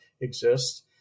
exists